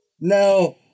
Now